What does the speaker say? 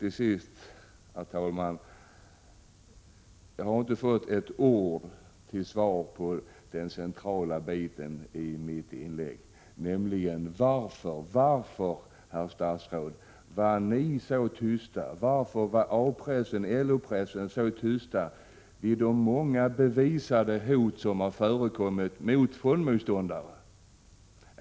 Till sist vill jag säga att jag inte har fått ett ord till svar på den centrala frågan i mitt inlägg. Varför, herr statsråd, var ni så tysta? Varför var A-pressen och LO-pressen så tysta vid de många bevisade hot som Prot. 1986/87:86 förekommit mot fondmotståndare?